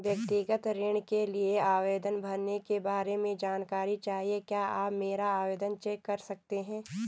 व्यक्तिगत ऋण के लिए आवेदन भरने के बारे में जानकारी चाहिए क्या आप मेरा आवेदन चेक कर सकते हैं?